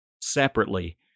separately